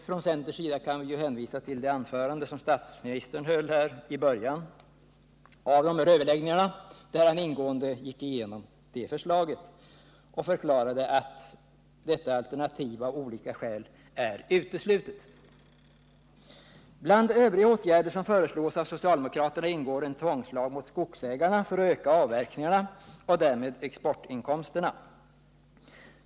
Från centerns sida kan vi hänvisa till det anförande som statsministern hölli början av dagens överläggningar, då han ingående gick igenom förslaget och förklarade att det alternativet av olika skäl är uteslutet. Bland övriga åtgärder som föreslås av socialdemokraterna ingår en tvångslag mot skogsägarna för att öka avverkningarna och därmed exportinkomsterna.